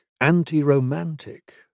anti-romantic